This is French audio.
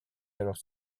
alors